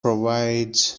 provides